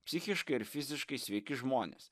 psichiškai ir fiziškai sveiki žmonės